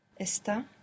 Está